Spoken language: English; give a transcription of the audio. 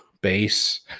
base